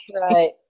Right